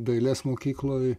dailės mokykloj